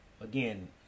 again